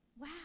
Wow